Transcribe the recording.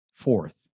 Fourth